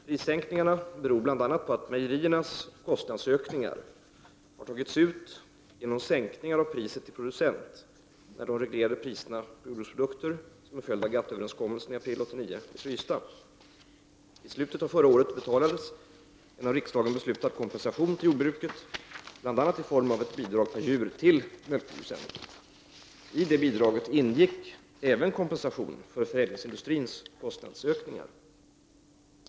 Prissänkningarna beror bl.a. på att mejeriernas kostnadsökningar har tagits ut genom sänkningar av priset till producent då de reglerade priserna på jordbruksprodukter, som en följd av GATT-överenskommelsen i april 1989, är frysta. I slutet av förra året betalades en av riksdagen beslutad kompensation till jordbruket, bl.a. i form av ett bidrag per djur till mjölkproducenter. I bidraget ingick även kompensation för förädlingsindustrins kostnadsökningar.